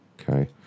Okay